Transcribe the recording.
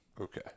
Okay